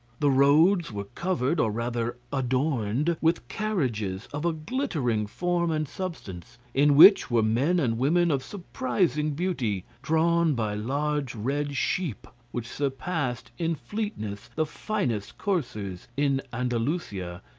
the roads were covered, or rather adorned, with carriages of a glittering form and substance, in which were men and women of surprising beauty, drawn by large red sheep which surpassed in fleetness the finest coursers of andalusia,